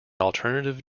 alternative